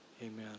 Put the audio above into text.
Amen